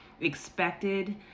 expected